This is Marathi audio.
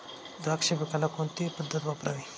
द्राक्ष पिकाला कोणती पद्धत वापरावी?